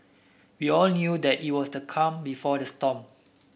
we all knew that it was the calm before the storm